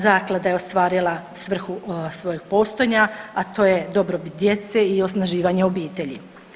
Zaklada je ostvarila svrhu svojeg postojanja, a to je dobrobit djece i osnaživanje obitelji.